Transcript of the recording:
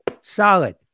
Solid